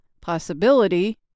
possibility